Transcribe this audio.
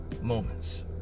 moments